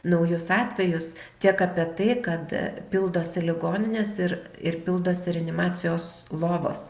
naujus atvejus kiek apie tai kad pildosi ligoninės ir ir pildosi reanimacijos lovos